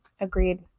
Agreed